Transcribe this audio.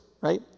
right